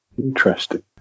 Interesting